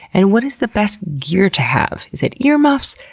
and what is the best gear to have? is it earmuffs?